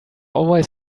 always